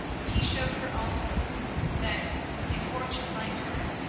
he showed her also that, with a fortune like hers,